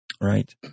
Right